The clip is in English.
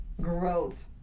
growth